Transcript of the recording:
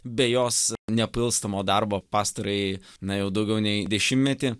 be jos nepailstamo darbo pastarąjį na jau daugiau nei dešimtmetį